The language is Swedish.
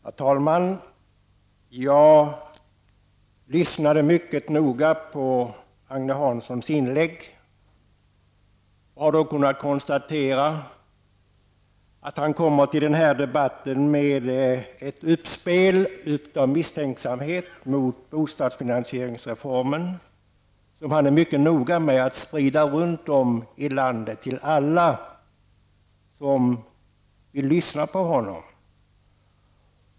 Herr talman! Jag lyssnade mycket noga på Agne Hanssons inlägg. Jag kunde då konstatera att han kommer till denna debatt med ett utspel av misstänksamhet mot bostadsfinansieringsreformen, som han är mycket noga med att sprida ut runt om i landet till alla som vill lyssna på honom.